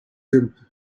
him